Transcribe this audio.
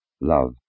love